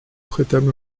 prêtâmes